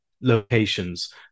locations